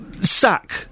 sack